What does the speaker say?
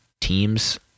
teams